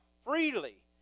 freely